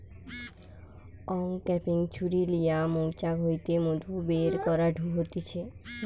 uncapping ছুরি লিয়া মৌচাক হইতে মধু বের করাঢু হতিছে